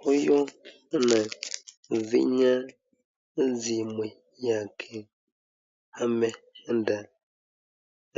Huyu anafinya simu yake. Ameenda